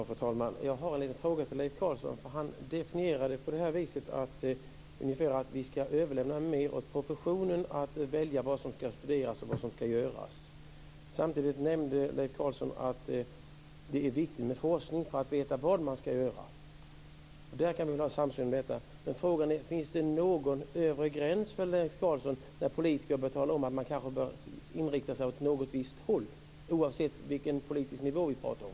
Fru talman! Jag har en liten fråga till Leif Carlson. Han gjorde en definition, att vi skall överlämna mer åt professionen att välja vad som skall studeras och vad som skall göras. Samtidigt nämnde Leif Carlson att det är viktigt med forskning för att veta vad man skall göra. Om det kan vi ha en samsyn. Men frågan är: Finns det någon övre gräns för Leif Carlson, där politiker bör tala om att man kanske bör inrikta sig åt något visst håll, oavsett vilken politisk nivå vi pratar om?